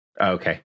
Okay